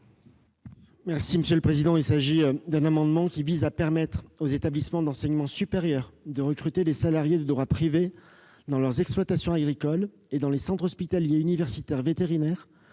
est à M. le secrétaire d'État. Cet amendement vise à permettre aux établissements d'enseignement supérieur de recruter des salariés de droit privé dans leurs exploitations agricoles et dans les centres hospitaliers universitaires vétérinaires